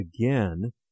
again